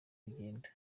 bigenda